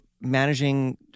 managing